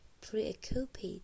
preoccupied